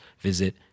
visit